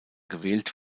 gewählt